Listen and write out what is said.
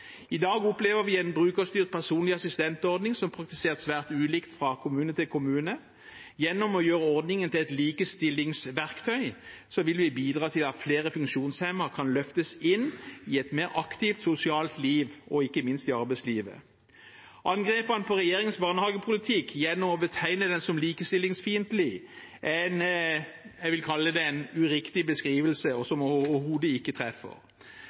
I dag opplever vi en brukerstyrt personlig assistent-ordning som praktiseres svært ulikt fra kommune til kommune. Gjennom å gjøre ordningen til et likestillingsverktøy vil vi bidra til at flere funksjonshemmede kan løftes inn i et mer aktivt sosial liv, og ikke minst i arbeidslivet. Angrepene på regjeringens barnehagepolitikk gjennom å betegne den som likestillingsfiendtlig er det jeg vil kalle en uriktig beskrivelse som overhodet ikke treffer.